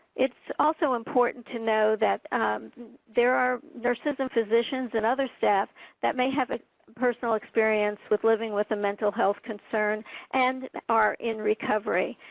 also important to know that there are nurses and physicians and other staff that may have a personal experience with living with a mental health concern and are in recovery.